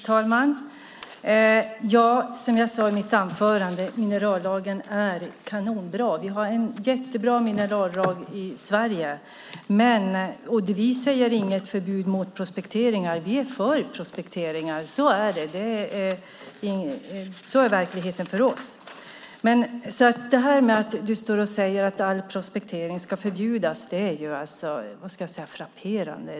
Fru talman! Som jag sade i mitt anförande är minerallagen kanonbra. Vi har en jättebra minerallag i Sverige, och vi vill inte ha förbud mot prospekteringar. Vi är för prospekteringar. Att Carl B Hamilton säger att vi vill att all prospektering ska förbjudas är frapperande.